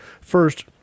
First